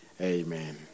Amen